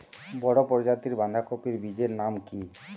বড় প্রজাতীর বাঁধাকপির বীজের নাম কি?